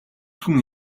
хүн